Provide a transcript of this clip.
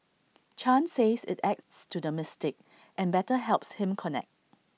chan says IT adds to the mystique and better helps him connect